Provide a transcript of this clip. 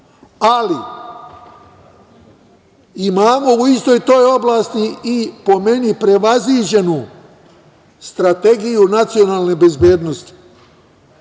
Ali imamo u toj istoj toj oblasti i, po meni, prevaziđenu strategiju nacionalne bezbednosti,